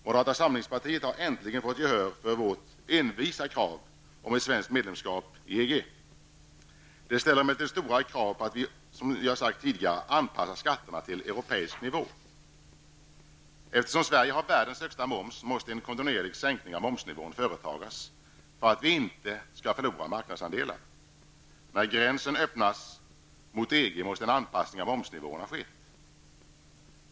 Moderata samlingspartiet har äntligen fått gehör för sitt envisa krav om ett svenskt medlemskap i EG. Det ställer emellertid stora krav på att vi, som jag sagt tidigare, anpassar skatterna till europeisk nivå. Eftersom Sverige har världens högsta moms, måste en kontinuerlig sänkning av momsnivån företas för att vi inte skall förlora marknadsandelar. När gränserna öppnas mot EG måste en anpassning av momsnivån ha skett.